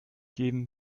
geben